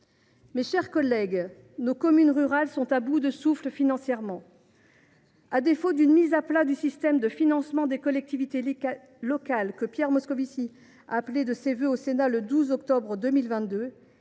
Mes chers collègues, nos communes rurales sont à bout de souffle financièrement. À défaut d’une mise à plat du système de financement des collectivités locales, que Pierre Moscovici appelait de ses vœux au Sénat le 12 octobre 2022,